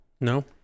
No